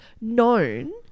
known